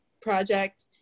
Project